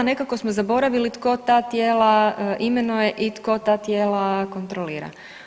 Nekako smo zaboravili tko ta tijela imenuje i tko ta tijela kontrolira.